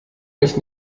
mich